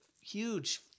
huge